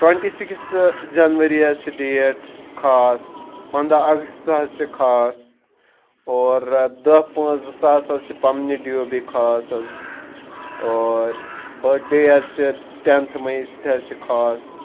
twenty sixth January حظ چھُ date خاص پَنٛداہ اَگست حظ چھِ خاص اور دَہ پانٛژھ زٕ ساس حظ چھِ پنٛنہِ ڈی او بی خاص حظ اور بٔڑے حظ چھِ ٹٮ۪نتھ مَے سُہ تہِ حظ چھِ خاص